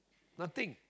nothing